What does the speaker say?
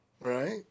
right